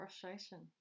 frustration